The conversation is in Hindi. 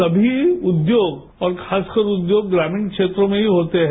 सभी उद्योग और खासकर उद्योग ग्रामीण क्षेत्रों में ही होते हैं